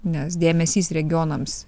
nes dėmesys regionams